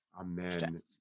Amen